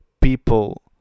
people